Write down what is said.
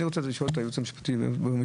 אני רוצה לשאול את הייעוץ המשפטי ובמישור